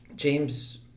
James